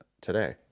today